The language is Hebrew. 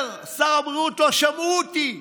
אומר שר הבריאות: לא שמעו אותי,